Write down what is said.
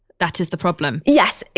that is the problem yes.